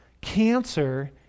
cancer